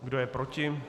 Kdo je proti?